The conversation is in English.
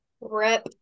Rip